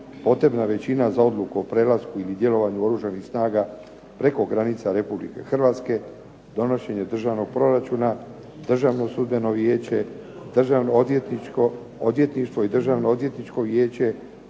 potrebna većina za odluku o prelasku ili djelovanju Oružanih snaga preko granica Republike Hrvatske, donošenje državnog proračuna, Državno sudbeno vijeće, državno odvjetništvo i Državno odvjetničko vijeće,